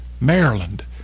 Maryland